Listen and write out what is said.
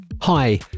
Hi